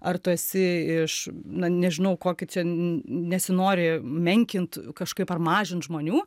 ar tu esi iš na nežinau kokį čia nesinori menkint kažkaip ar mažint žmonių